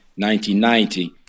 1990